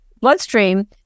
bloodstream